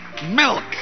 milk